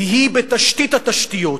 כי היא בתשתית התשתיות.